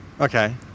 Okay